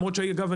למרות שאגב,